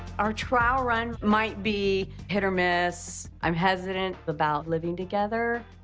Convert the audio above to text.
our trial run might be hit or miss. i'm hesitant about living together.